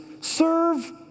serve